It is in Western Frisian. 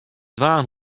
dwaan